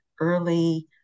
early